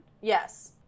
Yes